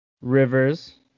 Rivers